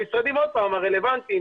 המשרדים הרלוונטיים